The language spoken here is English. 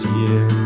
year